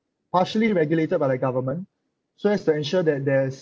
partially regulated by the government so as to ensure that there's